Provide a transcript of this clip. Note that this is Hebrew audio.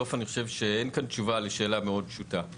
בסוף אני חושב שאין כאן תשובה לשאלה מאוד פשוטה.